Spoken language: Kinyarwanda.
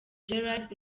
jared